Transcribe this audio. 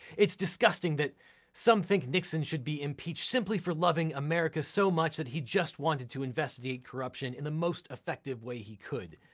it's disgusting that some think nixon should be impeached simply for loving america so much that he just wanted to investigate corruption in the most effective way he could.